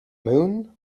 moon